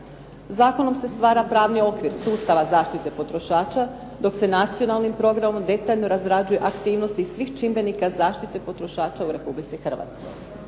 Zakonom se stvara pravni okvir sustava zaštite potrošača, dok se nacionalnim programom detaljno razrađuju aktivnosti svih čimbenika zaštite potrošača u Republici Hrvatskoj.